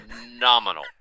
phenomenal